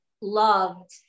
loved